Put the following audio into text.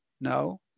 No